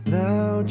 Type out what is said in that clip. thou